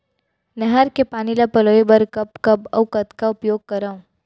नहर के पानी ल पलोय बर कब कब अऊ कतका उपयोग करंव?